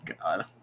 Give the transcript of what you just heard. God